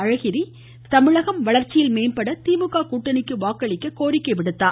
அழகிரி தமிழகம் வளர்ச்சியில் மேம்பட திமுக கூட்டணிக்கு வாக்களிக்க கோரிக்கை விடுத்தார்